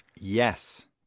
yes